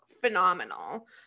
phenomenal